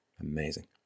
Amazing